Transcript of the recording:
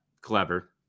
Clever